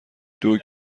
دوگ